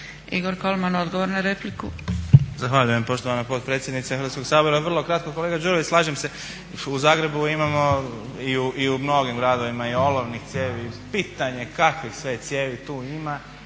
**Kolman, Igor (HNS)** Zahvaljujem poštovana potpredsjednice Hrvatskog sabora. Vrlo kratko. Kolega Đurović slažem se u Zagrebu imamo i u mnogim gradovima i olovnih cijevi i pitanje kakvih sve cijevi tu ima